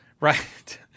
right